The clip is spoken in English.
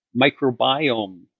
microbiome